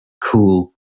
cool